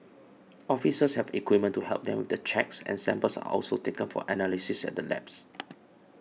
officers have equipment to help them with the checks and samples are also taken for analysis at the labs